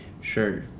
sure